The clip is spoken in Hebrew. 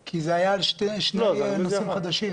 כן, כי זה היה על שני נושאים חדשים.